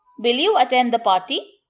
will you attend the party?